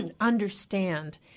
understand